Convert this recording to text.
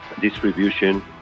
distribution